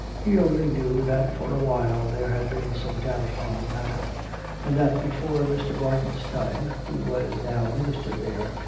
he only knew that for a while there had been some doubt on the matter and that before mr. barton's time, who was now minister there,